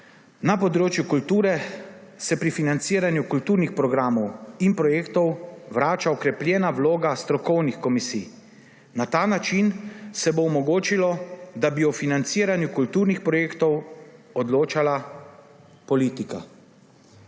Na področju kulture se pri financiranju kulturnih programov in projektov vrača okrepljena vloga strokovnih komisij. Na ta način se bo onemogočilo, da bi o financiranju kulturnih projektov odločala politika.